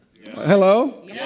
Hello